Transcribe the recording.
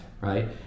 right